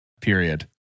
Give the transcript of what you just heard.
Period